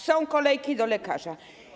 Są kolejki do lekarza.